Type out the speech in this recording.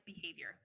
behavior